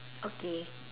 okay